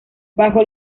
bajo